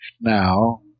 now